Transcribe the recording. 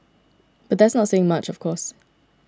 but that's not saying much of course